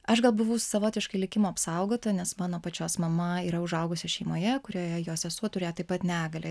aš gal buvau savotiškai likimo apsaugota nes mano pačios mama yra užaugusi šeimoje kurioje jos sesuo turėjo taip pat negalią